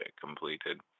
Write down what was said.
completed